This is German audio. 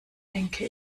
denke